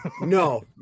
No